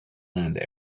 land